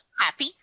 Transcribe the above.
happy